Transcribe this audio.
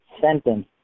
sentence